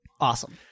Awesome